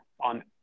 on